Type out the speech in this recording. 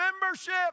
membership